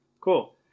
Cool